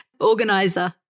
organizer